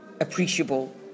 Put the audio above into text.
appreciable